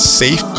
safe